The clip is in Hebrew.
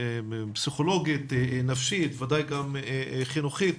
פסיכולוגית, נפשית, וודאי גם חינוכית.